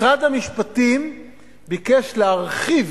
משרד המשפטים ביקש להרחיב